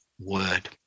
word